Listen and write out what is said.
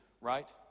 right